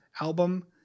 album